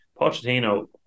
Pochettino